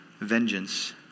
vengeance